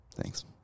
Thanks